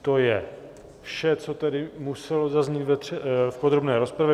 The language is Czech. To je vše, co tedy muselo zaznít v podrobné rozpravě.